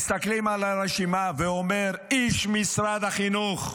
מסתכלים על הרשימה, ואומר איש משרד החינוך: